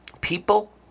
people